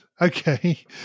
Okay